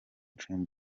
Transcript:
dream